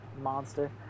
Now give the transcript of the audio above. monster